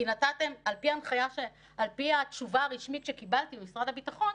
על פי התשובה הרשמית שקיבלתי ממשרד הביטחון,